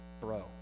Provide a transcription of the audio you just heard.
bro